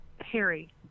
Harry